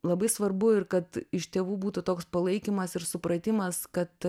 labai svarbu ir kad iš tėvų būtų toks palaikymas ir supratimas kad